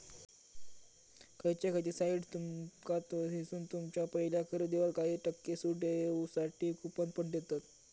खयचे खयचे साइट्स तुमका थयसून तुमच्या पहिल्या खरेदीवर काही टक्के सूट देऊसाठी कूपन पण देतत